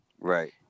Right